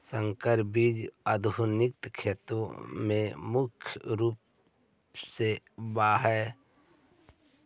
संकर बीज आधुनिक खेती में मुख्य रूप से बा